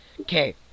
Okay